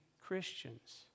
Christians